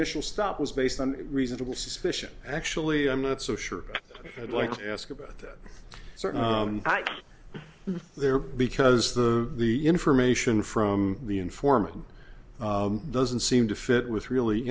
initial stop was based on reasonable suspicion actually i'm not so sure i'd like to ask about that certain there because the the information from the informant doesn't seem to fit with really